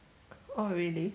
oh really